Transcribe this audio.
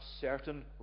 certain